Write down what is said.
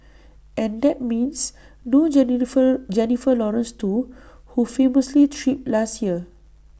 and that means no Jennifer Lawrence too who famously tripped last year